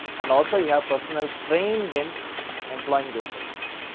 and also you have personal trained in employing those techniques.